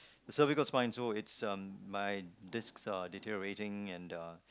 cervical spine so it's um my disks are detereorating and uh